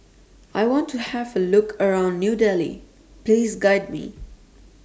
I want to Have A Look around New Delhi Please Guide Me